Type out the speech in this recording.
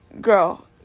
girl